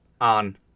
On